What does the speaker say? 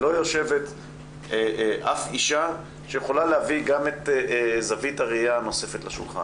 לא יושבת אף אישה שיכולה להביא גם את זווית הראייה הנוספת לשולחן.